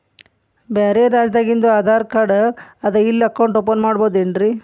ಬ್ಯಾರೆ ರಾಜ್ಯಾದಾಗಿಂದು ಆಧಾರ್ ಕಾರ್ಡ್ ಅದಾ ಇಲ್ಲಿ ಅಕೌಂಟ್ ಓಪನ್ ಮಾಡಬೋದೇನ್ರಿ?